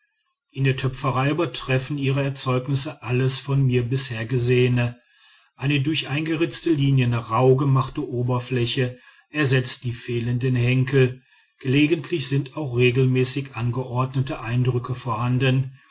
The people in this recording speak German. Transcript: in der töpferei übertreffen ihre erzeugnisse alles von mir bisher gesehene eine durch eingeritzte linien rauh gemachte oberfläche ersetzt die fehlenden henkel gelegentlich sind auch regelmäßig angeordnete eindrücke vorhanden